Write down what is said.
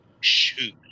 shoot